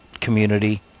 community